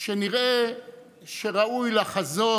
שרה נתניהו,